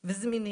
וזמינים.